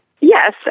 Yes